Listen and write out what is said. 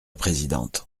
présidente